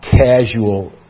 casual